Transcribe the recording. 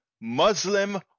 Muslim